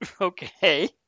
Okay